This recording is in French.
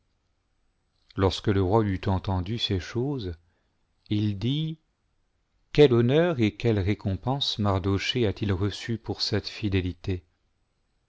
lorsque le roi eut entendu ces choses il dit quel honneur et quelle récompense mardochée a-t-il reçus pour cette fidélité